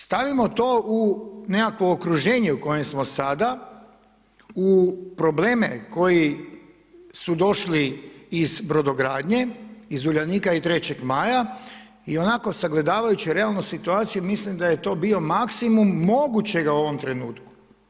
Stavimo to u nekakvo okruženje u kojem smo sada, u probleme koji su došli iz brodogradnje, iz Uljanika i Trećeg Maja i onako sagledavajući realnu situaciju, mislim da je to bio maksimum mogućeg u tome trenutku.